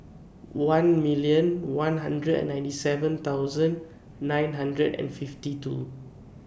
one million one hundred and ninety seven thousand nine hundred and fifty two